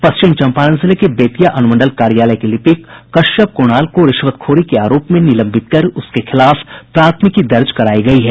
पश्चिम चंपारण जिले के बेतिया अनुमंडल कार्यालय के लिपिक कश्यप कुणाल को रिश्वतखोरी के आरोप में निलंबित कर उसके खिलाफ प्राथमिकी दर्ज करायी गयी है